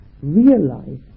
realize